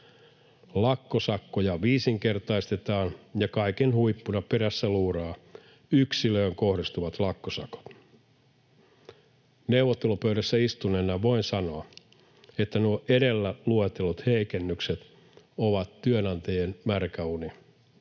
Lakkosakkoja viisinkertaistetaan, ja kaiken huippuna perässä luuraa yksilöön kohdistuvat lakkosakot. Neuvottelupöydässä istuneena voin sanoa, että nuo edellä luetellut heikennykset ovat työnantajien märkä uni